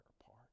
apart